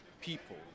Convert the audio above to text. people